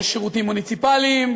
יש שירותים מוניציפליים,